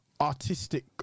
artistic